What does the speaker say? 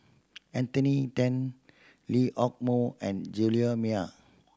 Anthony Then Lee Hock Moh and Juliet